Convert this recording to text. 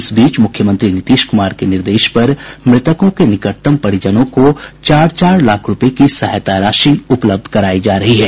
इस बीच मुख्यमंत्री नीतीश कुमार के निर्देश पर मृतकों के निकटतम परिजनों को चार चार लाख रूपये की सहायता राशि दी जा रही है